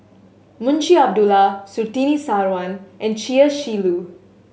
Munshi Abdullah Surtini Sarwan and Chia Shi Lu